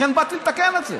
לכן באתי לתקן את זה.